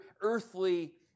earthly